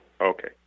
Okay